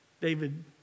David